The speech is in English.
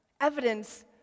evidence